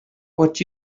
what